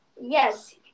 Yes